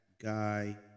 guy